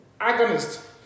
agonist